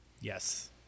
Yes